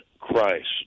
Christ